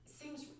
seems